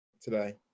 today